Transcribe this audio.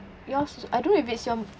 yours I don't know if it's your